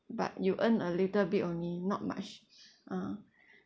but you earn a little bit only not much ah